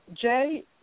Jay